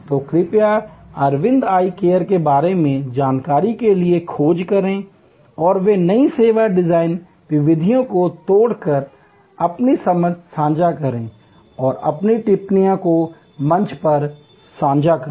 तो कृपया Aravind eye care के बारे में जानकारी के लिए खोज करें और वे नई सेवा डिजाइन विधियों को तोड़कर अपनी समझ साझा करें और अपनी टिप्पणियों को मंच पर साझा करें